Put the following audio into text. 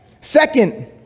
Second